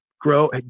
grow